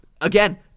again